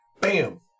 Bam